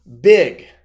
big